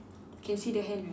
can see the hand right